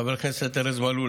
חבר הכנסת ארז מלול,